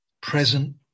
present